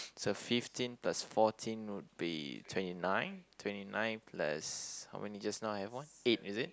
so fifteen plus fourteen would be twenty nine twenty nine plus how many just now I have one eight is it